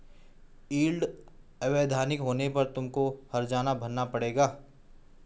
yield अवैधानिक होने पर तुमको हरजाना भरना पड़ेगा